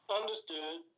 understood